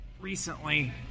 recently